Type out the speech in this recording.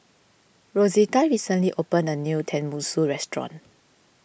Rosita recently opened a new Tenmusu Restaurant